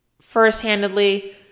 first-handedly